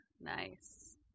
nice